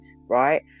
Right